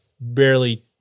barely